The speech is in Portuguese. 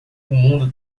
mundo